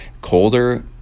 colder